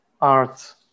art